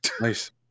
Nice